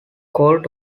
cold